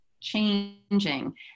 changing